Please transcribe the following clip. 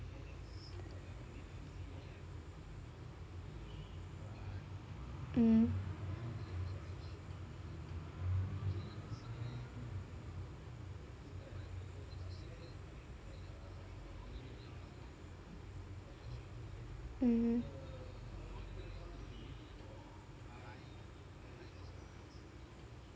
mm mmhmm